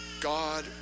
God